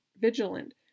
vigilant